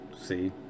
See